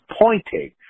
pointing